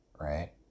right